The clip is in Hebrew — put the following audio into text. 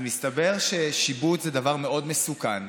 אז מסתבר ששיבוט זה דבר מאוד מסוכן,